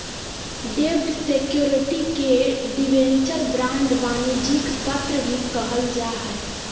डेब्ट सिक्योरिटी के debenture, bond, वाणिज्यिक पत्र भी कहल जा हय